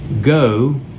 go